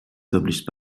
published